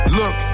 look